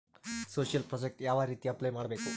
Social project ಯಾವ ರೇತಿ apply ಮಾಡಬೇಕು?